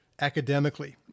academically